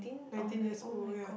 nineteen years old ya